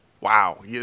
Wow